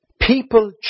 People